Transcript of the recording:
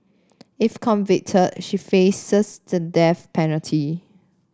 if convicted she faces the death penalty